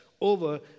over